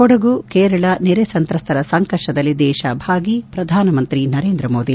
ಕೊಡಗು ಕೇರಳ ನೆರೆ ಸಂತ್ರಸ್ತರ ಸಂಕಷ್ಟದಲ್ಲಿ ದೇಶ ಭಾಗಿ ಪ್ರಧಾನಮಂತ್ರಿ ನರೇಂದ್ರ ಮೋದಿ